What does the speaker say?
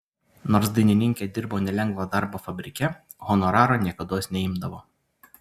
nors dainininkė dirbo nelengvą darbą fabrike honoraro niekados neimdavo